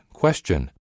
question